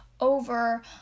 over